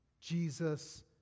Jesus